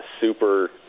super